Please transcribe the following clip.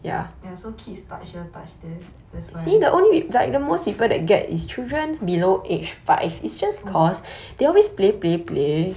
ya so kids touch here touch there that's why oh